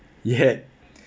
he had